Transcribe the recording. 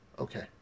Okay